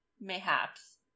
mayhaps